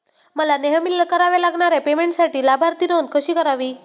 मला नेहमी कराव्या लागणाऱ्या पेमेंटसाठी लाभार्थी नोंद कशी करावी?